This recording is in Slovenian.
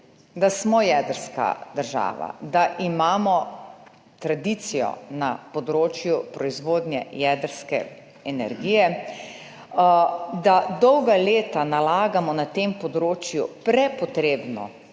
da smo jedrska država, da imamo tradicijo na področju proizvodnje jedrske energije, da dolga leta nalagamo na tem področju prepotrebno